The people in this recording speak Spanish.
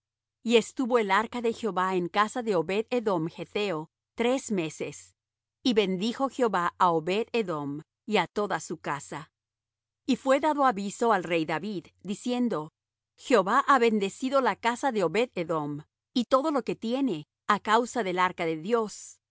y estuvo el arca de jehová en casa de obed edom getheo tres meses y bendijo jehová á obed edom y á toda su casa y fué dado aviso al rey david diciendo jehová ha bendecido la casa de obed edom y todo lo que tiene á causa del arca de dios